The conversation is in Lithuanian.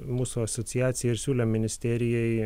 mūsų asociacija ir siūlė ministerijai